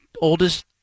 oldest